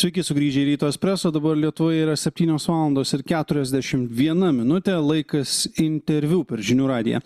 sveiki sugrįžę į ryto espresso dabar lietuvoje yra septynios valandos ir keturiasdešimt viena minutė laikas interviu per žinių radiją